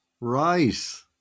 Rice